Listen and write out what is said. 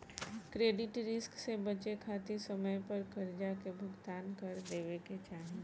credit risk से बचे खातिर समय पर करजा के भुगतान कर देवे के चाही